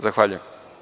Zahvaljujem.